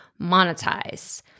monetize